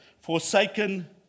forsaken